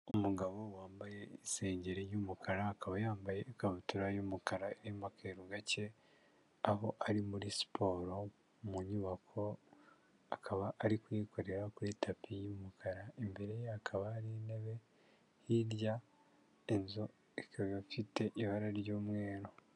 Umugabo wambaye isengeri y'umukara akaba yambaye ikabutura y'umukara irimo akeru gake, aho ari muri siporo mu nyubako akaba ari kuyikorera kuri tapi yumukara, imbere ye hakaba hari intebe hirya, inzu ikaba ifite ibara ry'umweru.